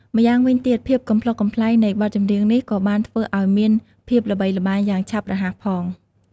ម្យ៉ាងវិញទៀត ភាពកំប្លុកកំប្លែងនៃបទចំរៀងនេះក៏បានធ្វើឱ្យមានភាពល្បីល្បាញយ៉ាងឆាប់រហ័សផង។